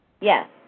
Yes